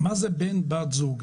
מה זה בן או בת זוג?